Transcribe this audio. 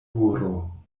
horo